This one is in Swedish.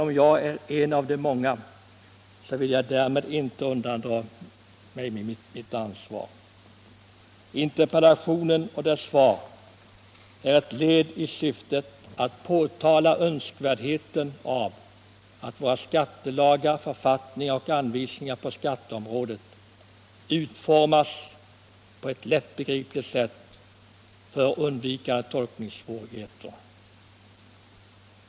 Som en av dessa många lagstiftare vill jag inte undandra mig mitt ansvar. Interpellationen och svaret på den är ett led i syftet att framhålla önskvärdheten av att våra skattelagar, författningar och anvisningar på skatteområdet utformas på ett lättbegripligt sätt för undvikande av tolkningssvårigheter.